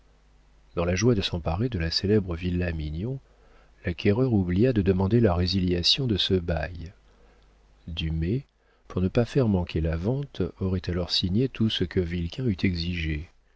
dans la joie de s'emparer de la célèbre villa mignon l'acquéreur oublia de demander la résiliation de ce bail dumay pour ne pas faire manquer la vente aurait alors signé tout ce que vilquin eût exigé